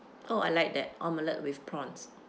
oh I like that omelette with prawns